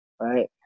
right